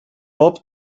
bob